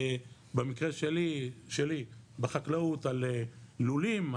במקרה שלי בחקלאות על לולים,